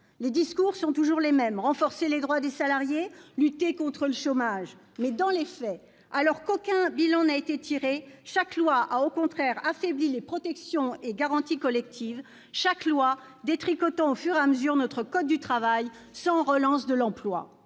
Les discours sont toujours les mêmes : renforcer les droits des salariés, lutter contre le chômage. Dans les faits, alors qu'aucun bilan n'a été tiré, chaque loi a, au contraire, affaibli les protections et garanties collectives, chaque texte détricotant au fur et à mesure notre code du travail, sans relancer l'emploi.